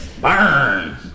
Burn